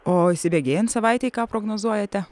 o įsibėgėjant savaitei ką prognozuojate